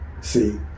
See